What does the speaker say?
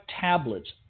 tablets